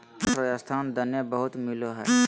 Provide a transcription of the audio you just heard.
मोठ राजस्थान दने बहुत मिलो हय